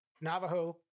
navajo